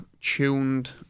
tuned